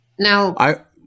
Now